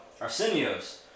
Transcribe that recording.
Arsenios